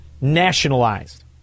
nationalized